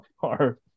far